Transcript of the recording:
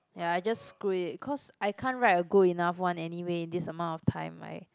ya I just screw it cause I can't write a good enough one anyway in this amount of time right